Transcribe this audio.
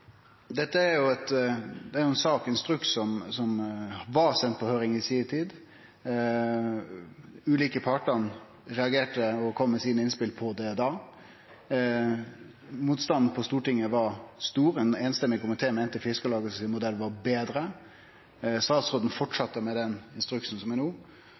Dette er ein instruks som blei send på høyring i si tid. Dei ulike partane reagerte og kom med sine innspel på det da. Motstanden på Stortinget var stor. Ein samrøystes komité meinte at Fiskarlagets modell var betre. Statsråden fortsette med den instruksen som er no.